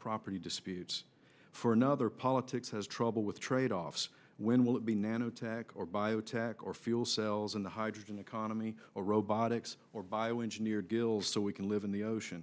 property disputes for another politics has trouble with trade offs when will it be nanotech or biotech or fuel cells in the hydrogen economy or robotics or bioengineered gills so we can live in the ocean